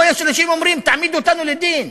או יש אנשים שאומרים: תעמידו אותנו לדין.